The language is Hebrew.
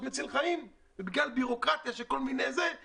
הוא מציל חיים אבל בגלל בירוקרטיה של כל